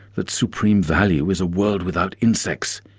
that supreme value is a world without insects,